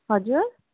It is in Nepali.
हजुर